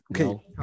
okay